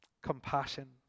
Compassion